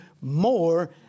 more